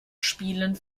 spielen